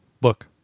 Book